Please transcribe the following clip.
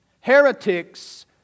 Heretics